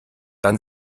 dann